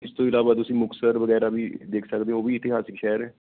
ਇਸ ਤੋਂ ਇਲਾਵਾ ਤੁਸੀਂ ਮੁਕਤਸਰ ਵਗੈਰਾ ਵੀ ਦੇਖ ਸਕਦੇ ਹੋ ਉਹ ਵੀ ਇਤਿਹਾਸ ਸ਼ਹਿਰ ਹੈ